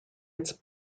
its